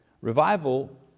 revival